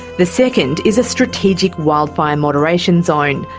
the second is a strategic wildfire moderation zone,